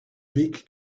beak